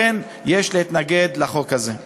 פוגעים בזכויות חוקתיות, ולכן יש להתנגד לחוק הזה.